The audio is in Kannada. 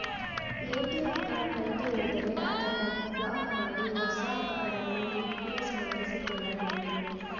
ಎ.ಟಿ.ಎಂ ಕಾರ್ಡ್ ಕಳೆದುಹೋದರೆ ಅದನ್ನು ಬ್ಲಾಕ್ ಮಾಡಿ ಹೊಸ ಕಾರ್ಡ್ ಅನ್ನು ರಿಪ್ಲೇಸ್ ಮಾಡಿಸಿಕೊಳ್ಳಬೇಕು